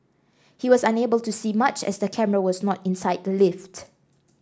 he was unable to see much as the camera was not inside the lift